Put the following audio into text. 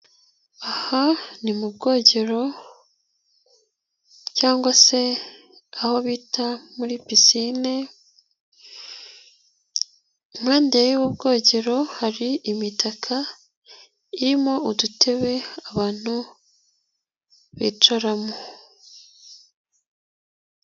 Aha ni mu bwogero cyangwa se aho bita muri pisine, impade y'ubu bwogero, hari imitaka irimo udutebe abantu bicaramo.